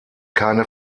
keine